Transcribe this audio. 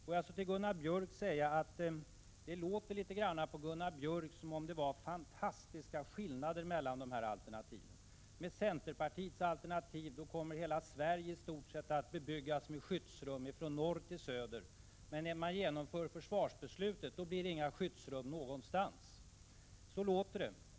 Får jag så till Gunnar Björk säga att det låter på Gunnar Björk som om det — Prot. 1987/88:30 var fantastiskt stora skillnader mellan alternativen. Med centerpartiets 24november 1987 alternativ kommer i stort sett hela Sverige från norr till söder att bebyggas = 74 da med skyddsrum. Men när man genomför försvarsbeslutet blir det inga skyddsrum någonstans. Så låter det.